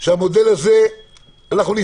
המודל הזה נבחן